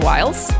Wiles